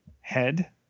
head